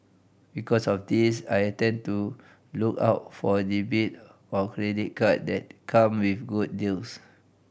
because of this I tend to look out for debit or credit card that come with good deals